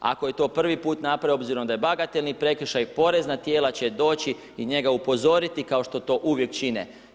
Ako je to prvi put napravio, obzirom da je bagatelni prekršaj, porezna tijela će doći i njega upozoriti, kao što to uvijek čine.